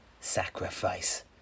sacrifice